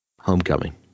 homecoming